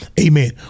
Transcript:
amen